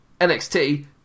NXT